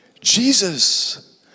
Jesus